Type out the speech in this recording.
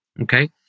Okay